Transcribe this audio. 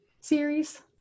series